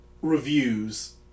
reviews